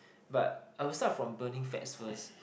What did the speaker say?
but I will start from burning fats first